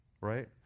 right